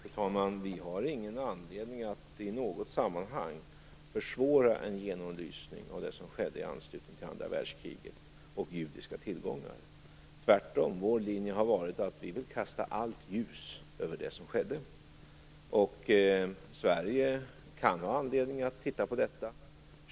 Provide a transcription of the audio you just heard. Fru talman! Vi har ingen anledning att i något sammanhang försvåra en genomlysning av det som skedde i anslutning till andra världskriget och judiska tillgångar. Tvärtom. Vår linje har varit att vi vill kasta allt ljus över det som skedde. Sverige kan ha anledning att titta på detta.